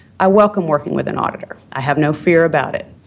i welcome working with an auditor. i have no fear about it.